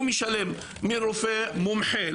הוא משלם מרופא מומחה,